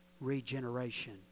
regeneration